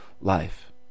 life